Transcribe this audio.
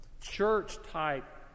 church-type